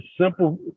simple